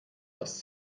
das